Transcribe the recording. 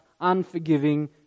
unforgiving